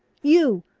you,